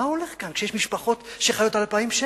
מה הולך כאן, כשיש משפחות שחיות על 2,000 שקל?